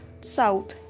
south